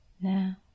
Now